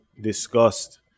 discussed